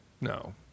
no